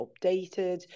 updated